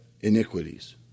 iniquities